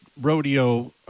rodeo